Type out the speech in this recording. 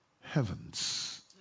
Heavens